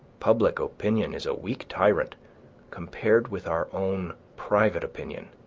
public opinion is a weak tyrant compared with our own private opinion.